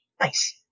nice